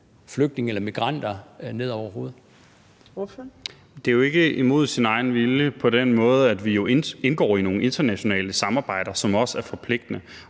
Kl. 15:28 Carl Valentin (SF): Det er jo ikke imod deres egen vilje på den måde, at vi indgår i nogle internationale samarbejder, som også er forpligtende.